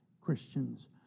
Christians